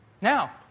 Now